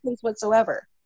whatsoever